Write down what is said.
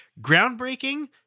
groundbreaking